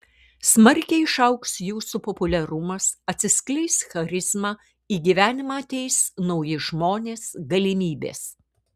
smarkiai išaugs jūsų populiarumas atsiskleis charizma į gyvenimą ateis nauji žmonės galimybės